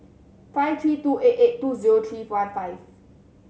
five three two eight eight two zero three one five